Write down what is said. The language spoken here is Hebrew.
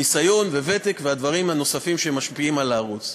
ניסיון וותק והדברים הנוספים שמשפיעים על הערוץ.